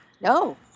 No